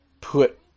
put